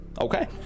Okay